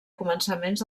començaments